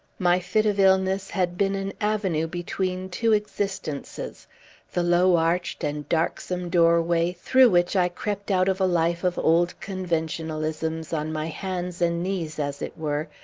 my fit of illness had been an avenue between two existences the low-arched and darksome doorway, through which i crept out of a life of old conventionalisms, on my hands and knees, as it were,